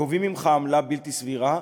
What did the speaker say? גובים ממך עמלה בלתי סבירה.